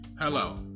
Hello